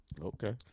Okay